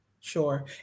Sure